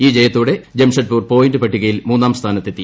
ഈ ജയത്തോടെ ജംഷഡ്പൂർ പോയിന്റ് പട്ടികയിൽ മൂന്നാം സ്ഥാനത്തെത്തി